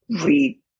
read